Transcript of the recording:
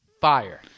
Fire